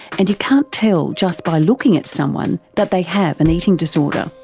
and you can't tell just by looking at someone that they have an eating disorder.